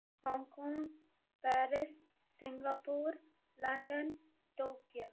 Hong Kong Paris Singapore London Tokyo